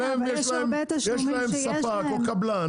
אבל לרשויות המקומיות יש ספק או קבלן